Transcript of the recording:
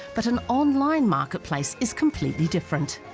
but an online marketplace is completely different